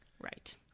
Right